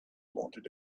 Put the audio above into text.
wanted